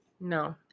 No